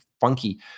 funky